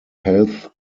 health